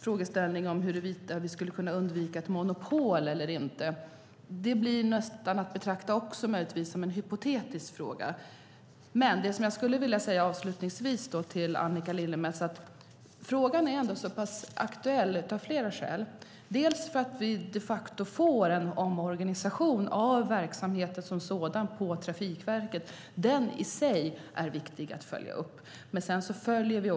Frågeställningen om huruvida vi skulle kunna undvika ett monopol eller inte blir möjligtvis att betraktas som hypotetisk. Avslutningsvis vill jag säga till Annika Lillemets att frågan är aktuell av flera skäl. Dels blir det de facto en omorganisation av verksamheten på Trafikverket som i sig är viktig att följa upp, dels följer vi